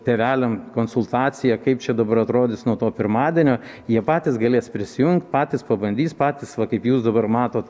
tėveliam konsultaciją kaip čia dabar atrodys nuo to pirmadienio jie patys galės prisijungt patys pabandys patys va kaip jūs dabar matot